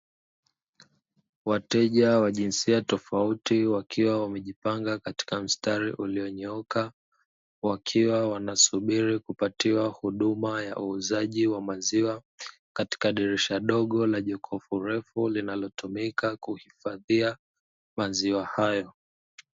Wateja wa jinsia tofauti wakiwa wamejipanga katika mstari ulionyooka, wakiwa wanasubiri kupatiwa huduma ya uuzaji wa maziwa. katika dirisha dogo la jokofu refu linalotumika kuhifadhia maziwa hayo.